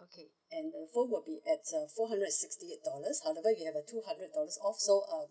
okay and the phone will be at uh four hundred and sixty eight dollars however you have a two hundred dollars off so um